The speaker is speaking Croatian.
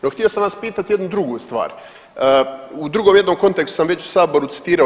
No htio sam vas pitat jednu drugu stvar. u drugom jednom kontekstu sam već u saboru citirao